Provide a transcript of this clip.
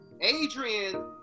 Adrian